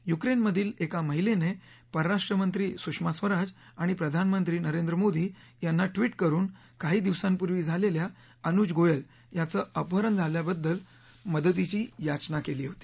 Ukraine मधील एका महिलेने परराष्ट्र मंत्री सुषमा स्वराज आणि प्रधानमंत्री नरेंद्र मोदी यांना ट्विट करुन काही दिवसांपूर्वी झालेल्या अनुज गोयल यांच अपहरण झाल्याबाबत मदतीची याचना केली होती